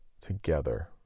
together